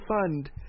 fund